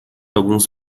alguns